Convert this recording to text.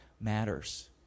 matters